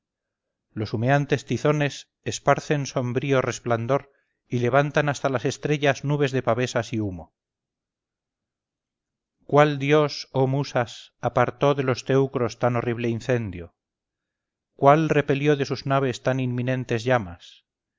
los humeantes tizones esparcen sombrío resplandor y levantan hasta las estrellas nubes de pavesas y humo cuál dios oh musas apartó de los teucros tan horrible incendio cuál repelió de sus naves tan inminentes llamas